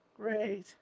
great